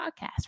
podcast